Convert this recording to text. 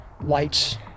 lights